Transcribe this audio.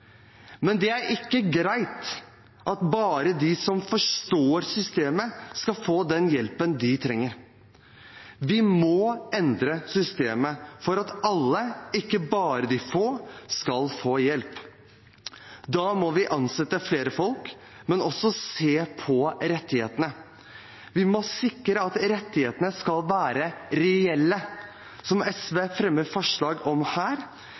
Men det er ikke greit at bare de som forstår systemet, skal få den hjelpen de trenger. Vi må endre systemet for at alle, ikke bare de få, skal få hjelp. Da må vi ansette flere folk, men også se på rettighetene: Vi må sikre at rettighetene skal være reelle, som SV fremmer forslag om her,